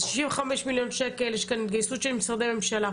זה 65 מיליון שקלים ויש כאן התגייסות של משרדי ממשלה.